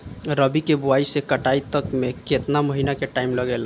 रबी के बोआइ से कटाई तक मे केतना महिना के टाइम लागेला?